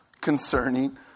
concerning